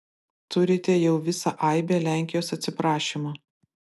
turite jau visą aibę lenkijos atsiprašymų